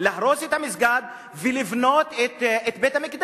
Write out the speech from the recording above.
להרוס את המסגד ולבנות את בית-המקדש.